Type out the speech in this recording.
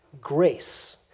grace